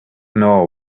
know